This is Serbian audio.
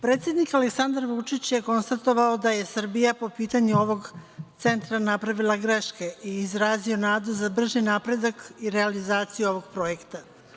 Predsednik Aleksandar Vučić je konstatovao da je Srbija po pitanju ovog centra napravila greške i izrazio nadu za brži napredak i realizaciju ovog projekta.